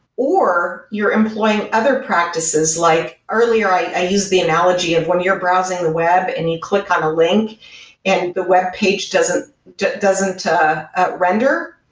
or you're employing other practices. like earlier i used the analogy of when you're browsing web and you click on a link and the webpage doesn't doesn't ah render.